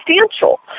substantial